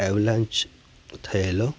avalanche થયેલો